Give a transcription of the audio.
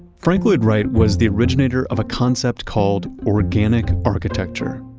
frank lloyd wright was the originator of a concept called organic architecture.